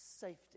safety